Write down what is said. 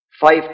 Five